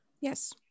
yes